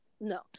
No